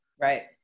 Right